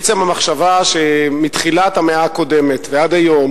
עצם המחשבה שמתחילת המאה הקודמת ועד היום